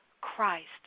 Christ